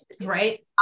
right